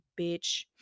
bitch